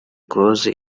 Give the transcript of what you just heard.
close